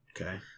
Okay